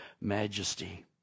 majesty